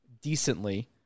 decently